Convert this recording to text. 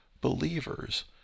believers